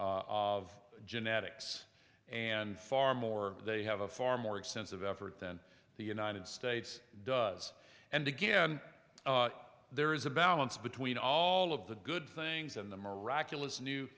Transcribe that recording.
superpower of genetics and far more they have a far more extensive effort than the united states does and again there is a balance between all of the good things and the miraculous new